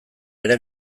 ere